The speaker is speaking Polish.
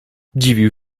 dziwił